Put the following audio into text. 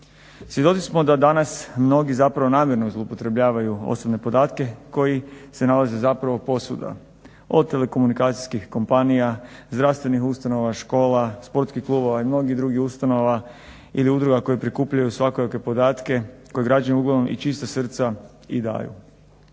Svjedoci smo da danas mnogi zapravo namjerno zloupotrebljavaju osnovne podatke koji se nalaze zapravo posvuda od telekomunikacijskih kompanija, zdravstvenih ustanova, škola, sportskih klubova i mnogih drugih ustanova ili udruga koji prikupljaju svakojake podatke koje građani uglavnom i čista srca i daju.